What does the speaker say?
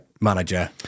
manager